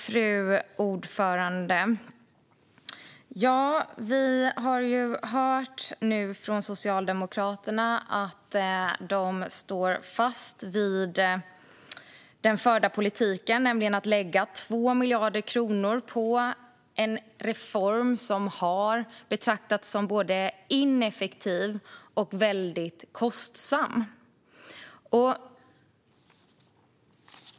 Fru talman! Vi har nu hört från Socialdemokraterna att de står fast vid den förda politiken, nämligen att lägga 2 miljarder på en reform som har betraktats som både ineffektiv och väldigt kostsam.